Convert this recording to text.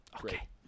Okay